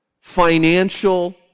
financial